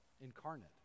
incarnate